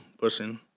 pushing